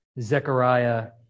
Zechariah